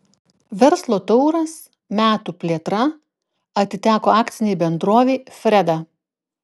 verslo tauras metų plėtra atiteko akcinei bendrovei freda